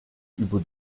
über